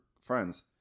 friends